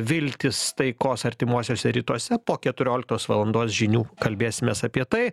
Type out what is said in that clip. viltys taikos artimuosiuose rytuose po keturioliktos valandos žinių kalbėsimės apie tai